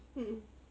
mm mm